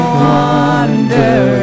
wonder